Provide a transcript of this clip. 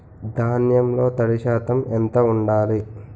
ధాన్యంలో తడి శాతం ఎంత ఉండాలి?